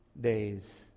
days